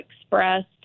expressed